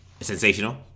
sensational